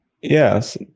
yes